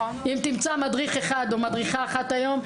אם תמצא מדריך אחד או מדריכה אחת היום,